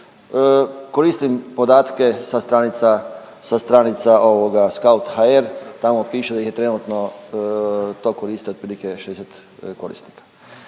Koristim podatke sa stranica SK@UT.hr. Tamo piše da ih je trenutno to koriste otprilike 60 korisnika.